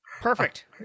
Perfect